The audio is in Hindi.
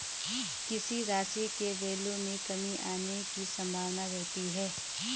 किसी राशि के वैल्यू में कमी आने की संभावना रहती है